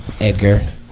Edgar